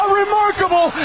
remarkable